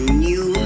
new